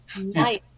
Nice